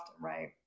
right